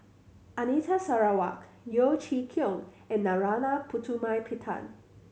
Anita Sarawak Yeo Chee Kiong and Narana Putumaippittan